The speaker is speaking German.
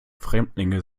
fremdlinge